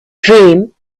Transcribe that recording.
dream